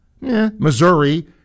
Missouri